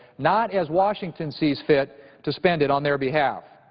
not as washington sees fit to spend it on their behalf.